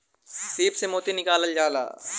सीप से मोती निकालल जाला